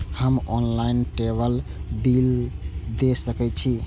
हम ऑनलाईनटेबल बील दे सके छी?